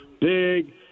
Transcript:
Big